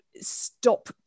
stop